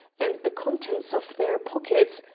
and the contents of their pockets,